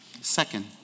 Second